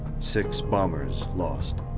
six bombers lost.